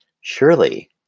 surely